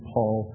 Paul